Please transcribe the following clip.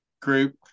group